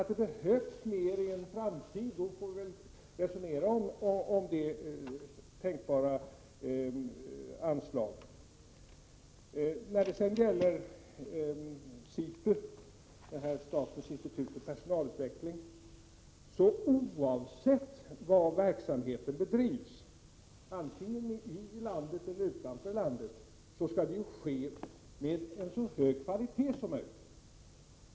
Om det behövs mer i framtiden får vi väl resonera om det tänkbara anslaget. När det gäller SIPU, statens institut för personalutveckling, skall dess verksamhet, oavsett om den bedrivs i landet eller utanför landet, ha en så hög kvalitet som möjligt.